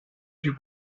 più